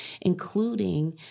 including